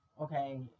okay